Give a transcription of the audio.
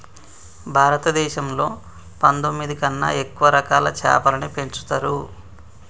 భారతదేశంలో పందొమ్మిది కన్నా ఎక్కువ రకాల చాపలని పెంచుతరు